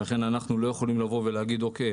ולכן אנחנו לא יכולים לבוא ולהגיד: אוקיי,